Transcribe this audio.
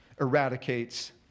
eradicates